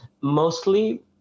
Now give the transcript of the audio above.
Mostly